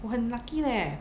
我很 lucky leh